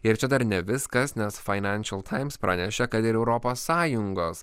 ir čia dar ne viskas nes fainenšinal taims praneša kad europos sąjungos